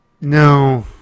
No